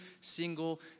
single